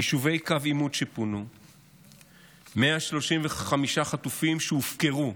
יישובי קו עימות שפונו, 135 חטופים שהופקרו,